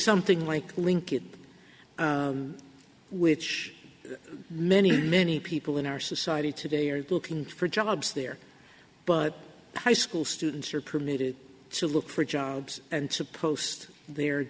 something like link it which many many people in our society today are looking for jobs there but high school students are permitted to look for jobs and to post their